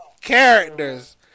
Characters